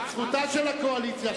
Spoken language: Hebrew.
זכותה של הקואליציה.